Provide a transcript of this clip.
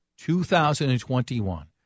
2021